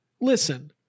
listen